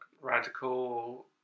radical